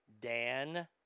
Dan